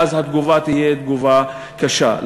ואז התגובה תהיה תגובה קשה.